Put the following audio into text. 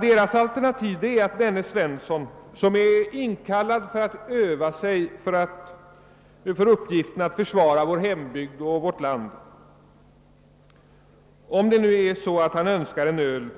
Deras alternativ är att denne Svensson, som är inkallad för att öva sig för uppgiften att försvara vår hembygd och vårt land, om han önskar en öl